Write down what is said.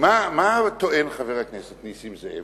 מה טוען חבר הכנסת נסים זאב?